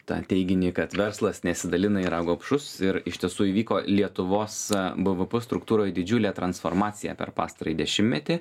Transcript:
tą teiginį kad verslas nesidalina yra gobšus ir iš tiesų įvyko lietuvos bvp struktūroj didžiulė transformacija per pastarąjį dešimtmetį